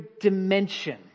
dimension